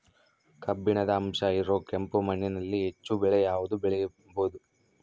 ಕಬ್ಬಿಣದ ಅಂಶ ಇರೋ ಕೆಂಪು ಮಣ್ಣಿನಲ್ಲಿ ಹೆಚ್ಚು ಬೆಳೆ ಯಾವುದು ಬೆಳಿಬೋದು?